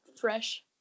fresh